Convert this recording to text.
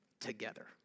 together